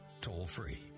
toll-free